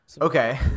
okay